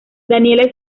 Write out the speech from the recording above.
daniela